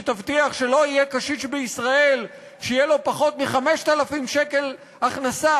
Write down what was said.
שתבטיח שלא יהיה קשיש בישראל שיהיו לו פחות מ-5,000 שקל הכנסה,